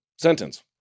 sentence